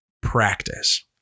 practice